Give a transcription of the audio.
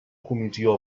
comissió